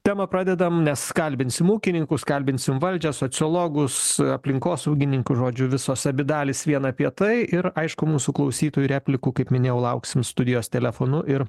temą pradedam nes kalbinsim ūkininkus kalbinsim valdžią sociologus aplinkosaugininkus žodžiu visos abi dalys vien apie tai ir aišku mūsų klausytojų replikų kaip minėjau lauksim studijos telefonu ir